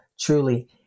truly